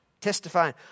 Testifying